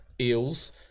Eels